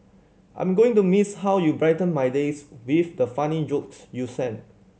I'm going to miss how you brighten my days with the funny jokes you sent